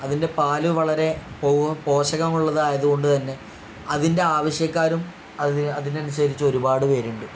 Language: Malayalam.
അതിൻ്റെ പാൽ വളരെ പോ പോഷകമുള്ളതായത് കൊണ്ട് തന്നെ അതിൻ്റെ ആവശ്യക്കാരും അതി അതിന് അനുസരിച്ച് ഒരുപാട് പേരുണ്ട്